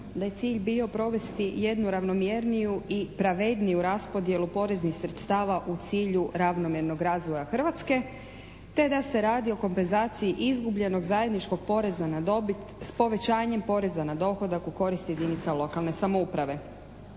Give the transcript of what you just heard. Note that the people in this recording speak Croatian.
da je cilj bio provesti jednu ravnomjerniju i pravedniju raspodjelu poreznih sredstava u cilju ravnomjernog razvoja Hrvatske. Te da se radi o kompenzaciji izgubljenog zajedničkog poreza na dobit s povećanjem poreza na dohodak u korist jedinica lokalne samouprave.